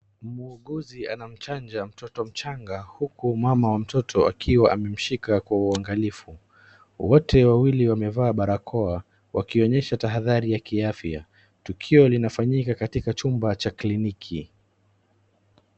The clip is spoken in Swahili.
Muuguzi anamchanja mtoto mchanga huku mama wa mtoto akiwa amemshika kwa uangalifu, wote walili wamevaa barakoa wakionyesha tahadhari ya kiafya. Tukio linafanyika katika chumba cha kliniki .